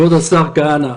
כבוד השר כהנא,